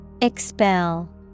Expel